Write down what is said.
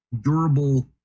durable